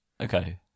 Okay